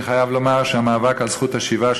אני חייב לומר שהמאבק על זכות השיבה של